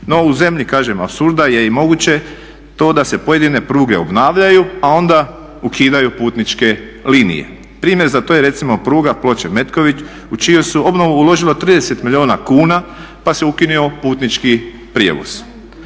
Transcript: No u zemlji, kažem apsurda je i moguće to da se pojedine pruge obnavljaju, a onda ukidaju putničke linije. Primjer za to je recimo pruga Ploče – Metković u čiju se obnovu uložilo 30 milijuna kuna, pa se ukinuo putnički prijevoz.